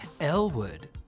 Elwood